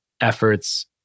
efforts